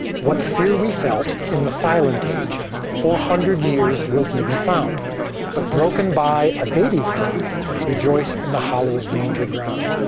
what fear we felt in the silent age four hundred years will he be found but broken by a baby's cry rejoice in the hallowed manger ground.